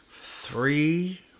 three